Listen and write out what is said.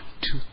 two